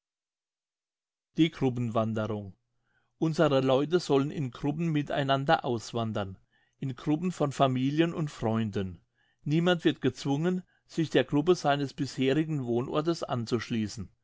die gruppenwanderung unsere leute sollen in gruppen mit einander auswandern in gruppen von familien und freunden niemand wird gezwungen sich der gruppe seines bisherigen wohnortes anzuschliessen